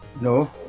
No